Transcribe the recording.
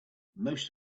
most